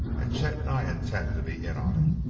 and chet and i intend to be in on it.